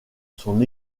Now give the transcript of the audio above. son